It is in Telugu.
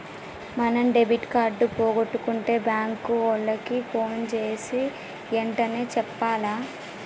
మనం డెబిట్ కార్డు పోగొట్టుకుంటే బాంకు ఓళ్ళకి పోన్ జేసీ ఎంటనే చెప్పాల